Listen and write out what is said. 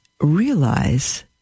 realize